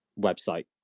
website